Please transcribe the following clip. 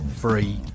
free